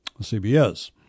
CBS